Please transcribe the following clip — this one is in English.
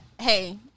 hey